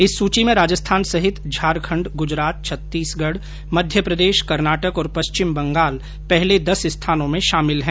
इस सुची में राजस्थान सहित झारखंड गुजरात छत्तीसगढ मध्य प्रदेश कर्नाटक और पश्चिम बंगाल पहले दस स्थानों में शामिल हैं